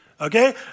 Okay